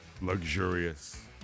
Luxurious